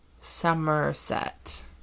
somerset